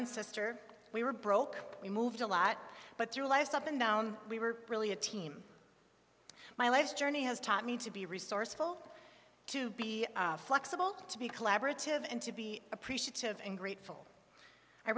and sister we were broke we moved a lot but the last up and down we were really a team my life's journey has taught me to be resourceful to be flexible to be collaborative and to be appreciative and grateful i